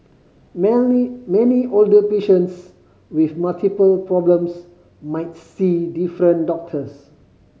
many many older patients with multiple problems might see different doctors